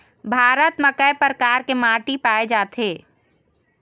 भारत म कय प्रकार के माटी पाए जाथे?